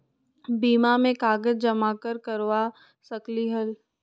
बीमा में कागज जमाकर करवा सकलीहल?